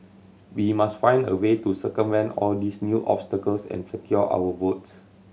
we must find a way to circumvent all these new obstacles and secure our votes